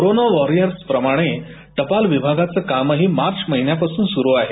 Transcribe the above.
corona warriors प्रमाणे टपाल विभागाचं कामही मार्च महिन्यापासून सुरू आहे